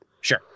Sure